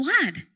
blood